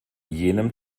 jenem